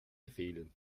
fehlen